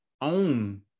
own